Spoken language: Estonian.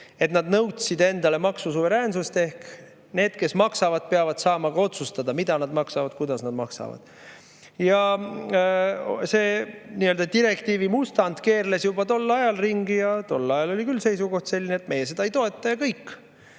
et nad nõudsid endale maksusuveräänsust. Ehk need, kes maksavad, peavad saama ka otsustada, mida nad maksavad ja kuidas nad maksavad. See direktiivi mustand keerles juba tol ajal ringi ja tol ajal oli küll seisukoht selline, et meie seda ei toeta ja kõik.